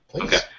Okay